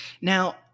Now